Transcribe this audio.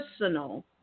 Personal